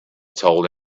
told